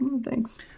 Thanks